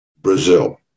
Brazil